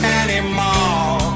anymore